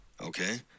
Okay